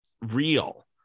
real